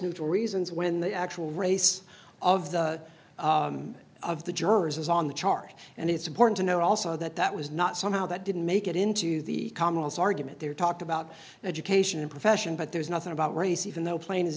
neutral reasons when the actual race of the of the jurors is on the chart and it's important to note also that that was not somehow that didn't make it into the commonest argument there talked about education and profession but there's nothing about race even though plain as